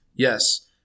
Yes